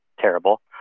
terrible